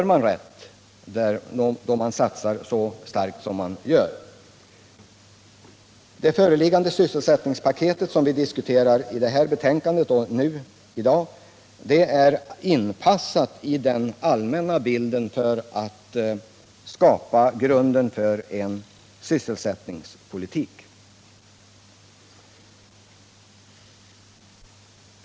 Det sysselsättningspaket som vi diskuterar i dag är inpassat i den allmänna bilden för att man skall kunna skapa grunden för en sysselsättningspolitik.